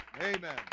Amen